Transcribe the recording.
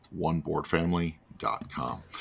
oneboardfamily.com